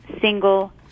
single